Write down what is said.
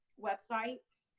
websites.